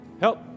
Help